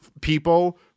people